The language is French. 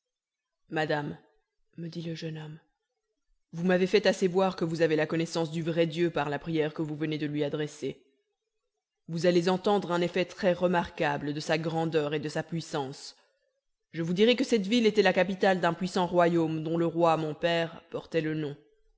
madame me dit le jeune homme vous m'avez fait assez voir que vous avez la connaissance du vrai dieu par la prière que vous venez de lui adresser vous allez entendre un effet trèsremarquable de sa grandeur et de sa puissance je vous dirai que cette ville était la capitale d'un puissant royaume dont le roi mon père portait le nom